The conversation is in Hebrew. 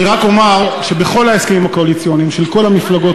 אני רק אומר שבכל ההסכמים הקואליציוניים של כל המפלגות